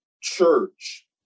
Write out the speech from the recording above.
church